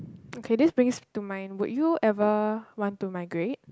okay this brings to my would you ever want to migrate